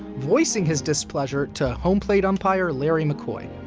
voicing his displeasure to home plate umpire larry mccoy.